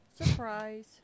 Surprise